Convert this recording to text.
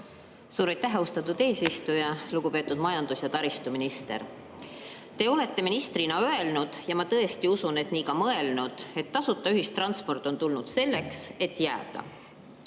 Suur aitäh, austatud eesistuja! Lugupeetud majandus‑ ja taristuminister! Te olete ministrina öelnud – ja ma tõesti usun, et nii ka mõelnud –, et tasuta ühistransport on tulnud selleks, et jääda.